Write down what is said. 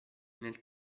nel